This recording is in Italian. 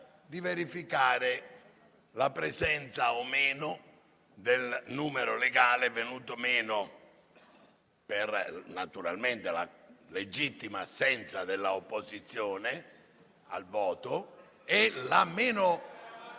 di verificare la presenza o meno del numero legale, venuto meno per la legittima assenza dell'opposizione al voto *(Vivaci